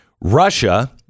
Russia